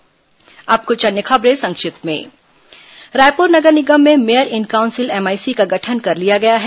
संक्षिप्त समाचार अब कुछ अन्य खबरें संक्षिप्त में रायपुर नगर निगम में मेयर इन काउंसिल एमआईसी का गठन कर लिया गया है